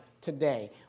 today